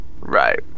right